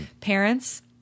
Parents